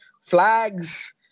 flags